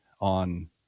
on